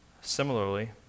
Similarly